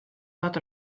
dat